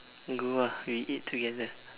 go ah we eat together